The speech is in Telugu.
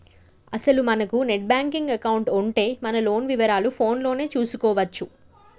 అసలు మనకు నెట్ బ్యాంకింగ్ ఎకౌంటు ఉంటే మన లోన్ వివరాలు ఫోన్ లోనే చూసుకోవచ్చు